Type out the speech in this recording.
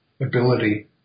ability